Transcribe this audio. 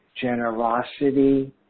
generosity